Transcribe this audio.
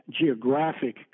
geographic